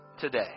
today